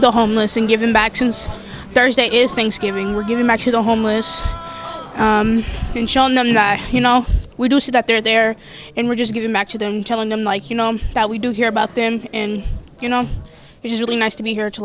the homeless and giving back since thursday is thanksgiving we're giving back to the homeless and showing them that you know we do see that they're there and we're just giving back to them telling them like you know that we do hear about them and you know it is really nice to be here to